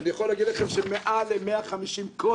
אני יכול להגיד לכם שמעל ל-150 אנשים כל